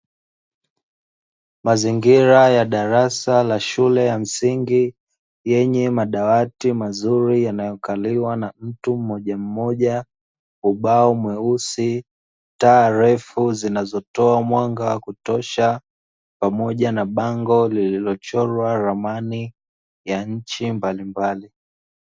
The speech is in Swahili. Madarasa ya shule ya msingi yenye madawati mazuri na ya kuvutia. Yanakaliwa na mtu mmoja mmoja, ubao mweusi, taa refu zinazotoa mwanga wa kutosha pamoja na bango lililochorwa ramani nchi mbalimbali.